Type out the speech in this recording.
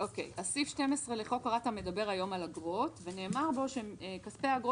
אז סעיף 12 לחוק הרת"א מדבר היום על אגרות ונאמר בו שכספי האגרות